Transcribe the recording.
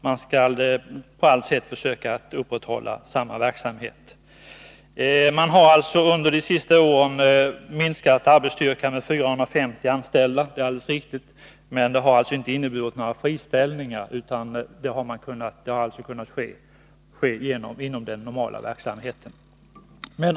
Man skall på allt sätt försöka upprätthålla samma verksamhet. Det är alldeles riktigt att arbetsstyrkan de senaste åren har minskat med 450 anställda vid försäkringskassorna. Några friställningar har emellertid inte behövt tillgripas, utan minskningen har skett inom ramen för den normala verksamheten.